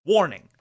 Warning